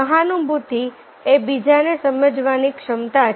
સહાનુભૂતિ એ બીજાને સમજવાની ક્ષમતા છે